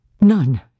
none